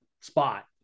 spot